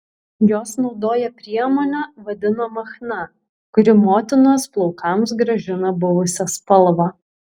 jos naudoja priemonę vadinamą chna kuri motinos plaukams grąžina buvusią spalvą